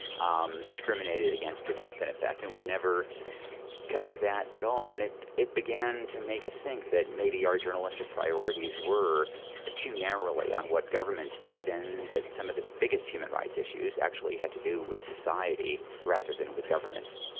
um discriminated against to death, in effect, and we'd never covered that at all. and it it began to make us think that maybe our journalistic priorities were too narrowly on what governments did and that some of the biggest human rights issues actually had to do with society rather than with governments